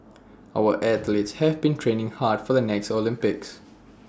our athletes have been training hard for the next Olympics